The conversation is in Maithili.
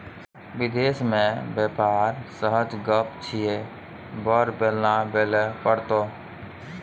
विदेश मे बेपार सहज गप छियै बड़ बेलना बेलय पड़तौ